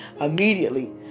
immediately